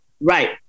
Right